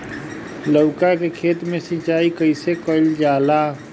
लउका के खेत मे सिचाई कईसे कइल जाला?